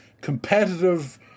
competitive